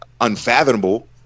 unfathomable